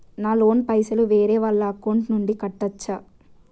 నా లోన్ పైసలు వేరే వాళ్ల అకౌంట్ నుండి కట్టచ్చా?